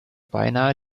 beinahe